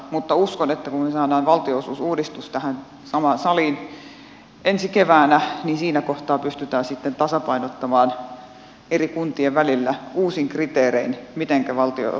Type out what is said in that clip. mutta uskon että kun me saamme valtionosuusuudistuksen tähän samaan saliin ensi keväänä niin siinä kohtaa pystytään sitten tasapainottamaan eri kuntien välillä uusin kriteerein mitenkä valtionosuuksia on järkevä jakaa